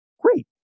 great